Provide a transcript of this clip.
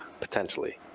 potentially